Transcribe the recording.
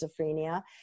schizophrenia